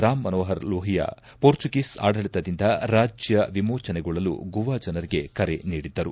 Ram Manohar Lohia Portuguese ಆಡಳಿತದಿಂದ ರಾಜ್ಯ ವಿಮೋಚನೆಗೊಳ್ಳಲು ಗೋವಾ ಜನರಿಗೆ ಕರೆ ನೀಡಿದ್ಗರು